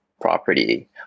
property